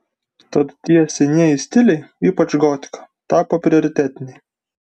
tad tie senieji stiliai ypač gotika tapo prioritetiniai